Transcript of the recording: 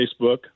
Facebook